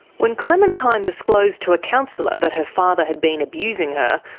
when clementine disclosed to a counsellor that her father had been abusing her,